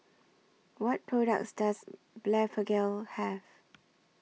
What products Does Blephagel Have